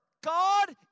God